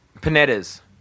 Panetta's